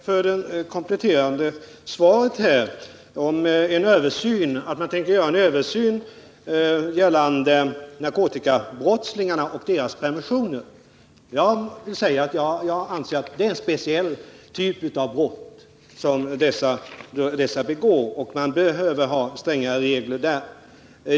Herr talman! Jag tackar för det kompletterande svaret att man tänker göra en översyn av narkotikabrottslingarnas permissioner. Jag anser att det är en speciell typ av brott som dessa brottslingar begår och att vi behöver ha strängare regler för dem.